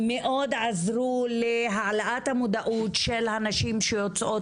שמאוד עזרו להעלאת המודעות של הנשים שיוצאות,